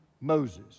Moses